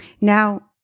Now